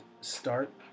start